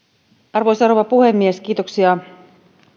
arvoisa rouva puhemies kiitoksia